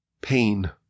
pain